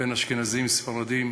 בין אשכנזים לספרדים,